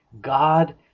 god